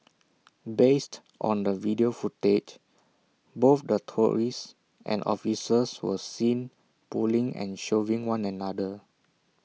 based on the video footage both the tourists and officers were seen pulling and shoving one another